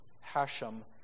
Hashem